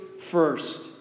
first